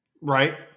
Right